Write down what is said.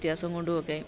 വ്യത്യാസം കൊണ്ടും ഒക്കെ